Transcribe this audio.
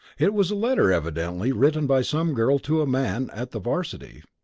it was a letter, evidently written by some girl to a man at the varsity.